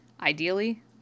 Ideally